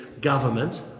government